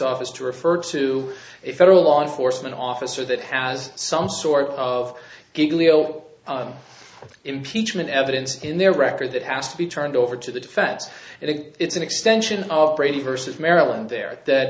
office to refer to a federal law enforcement officer that has some sort of giggly zero impeachment evidence in their record that has to be turned over to the defense and it's an extension of brady versus maryland there